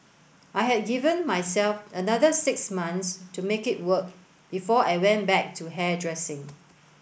I had given myself another six months to make it work before I went back to hairdressing